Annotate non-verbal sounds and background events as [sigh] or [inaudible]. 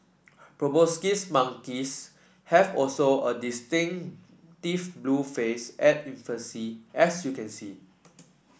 proboscis monkeys have also a [unintelligible] blue face at infancy as you can see